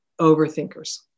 overthinkers